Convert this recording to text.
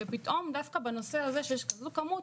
ודווקא בנושא הזה שיש כזו כמות,